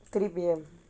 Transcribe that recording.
three P_M